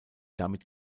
damit